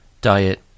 diet